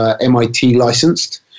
MIT-licensed